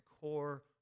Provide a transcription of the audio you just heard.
core